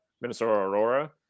Minnesota-Aurora